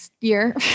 year